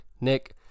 Nick